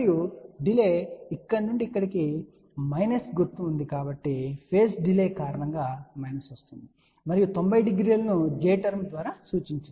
మరియు డిలే ఇక్కడ నుండి ఇక్కడకు మనకు మైనస్ గుర్తు ఉంది కాబట్టి ఫేజ్ డిలే కారణంగా మైనస్ వస్తుంది మరియు 900 ను j టర్మ్ ద్వారా సూచించవచ్చు